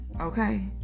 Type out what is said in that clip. Okay